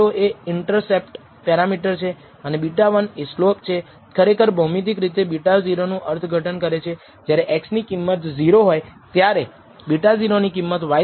તેથી લાલ પોઇન્ટ્સ ખરેખર ડેટા રજૂ કરે છે અને શ્રેષ્ઠ રેખીય t બધા ડેટા પોઇન્ટ્સનો ઉપયોગ કરીને લિસ્ટ સ્કવેર પદ્ધતિનો ઉપયોગ કરીને આપણને કંઈક મળ્યું જે ભૂરી રેખા દ્વારા સૂચવવામાં આવે છે